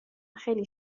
خیلی